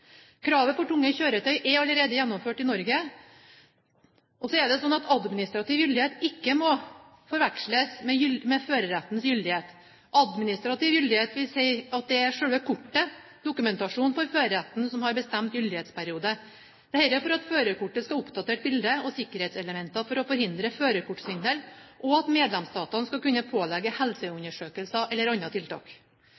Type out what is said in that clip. Kravet for tunge kjøretøy er allerede gjennomført i Norge. Administrativ gyldighet må ikke forveksles med førerrettens gyldighet. Administrativ gyldighet vil si at det er selve kortet – dokumentasjonen for førerretten – som har en bestemt gyldighetsperiode, dette for at førerkortet skal ha oppdatert bilde og sikkerhetselementer for å forhindre førerkortsvindel, og at medlemsstatene skal kunne pålegge